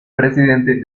presidente